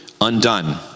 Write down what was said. undone